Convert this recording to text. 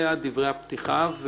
אלה היו דברי הפתיחה.